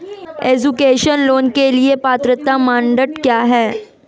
Education loan के लिए पात्रता मानदंड क्या है?